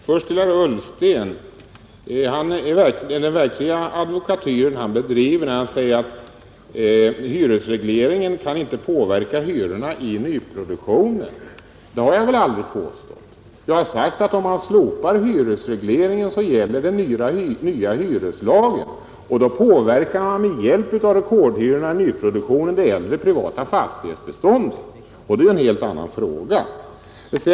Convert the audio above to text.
Herr talman! Först till herr Ullsten: Det är den verkliga advokatyren han bedriver när han säger att hyresregleringen inte kan påverka hyrorna i nyproduktionen. Det har jag väl aldrig påstått. Jag har sagt att om man slopar hyresregleringen, så gäller den nya hyreslagen, och då påverkar man med hjälp av rekordhyrorna i nyproduktionen det äldre privata fastighetsbeståndet, och det är ju en helt annan fråga.